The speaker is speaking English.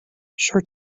short